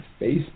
Facebook